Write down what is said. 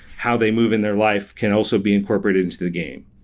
how they move in their life can also be incorporated into the game.